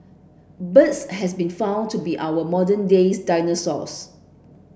birds has been found to be our modern days dinosaurs